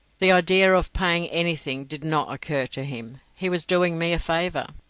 the idea of paying anything did not occur to him he was doing me a favour.